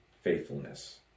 faithfulness